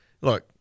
look